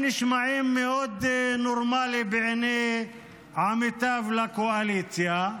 הדברים נשמעים מאוד נורמליים בעיני עמיתיו לקואליציה,